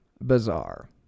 bizarre